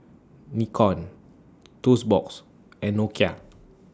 Nikon Toast Box and Nokia